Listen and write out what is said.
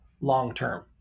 long-term